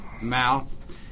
mouth